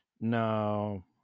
no